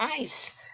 ice